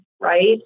right